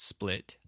Split